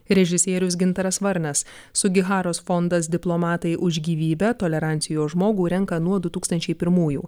režisierius gintaras varnas sugiharos fondas diplomatai už gyvybę tolerancijos žmogų renka nuo du tūkstančiai pirmųjų